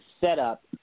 setup